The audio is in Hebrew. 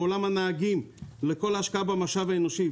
לעולם הנהגים ולכל ההשקעה במשאב האנושי.